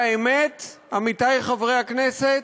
והאמת, עמיתי חברי הכנסת,